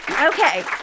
Okay